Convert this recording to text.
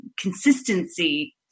consistency